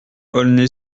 aulnay